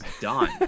done